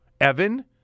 Evan